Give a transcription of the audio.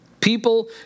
People